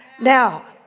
Now